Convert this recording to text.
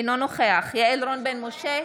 אינו נוכח יעל רון בן משה,